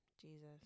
Jesus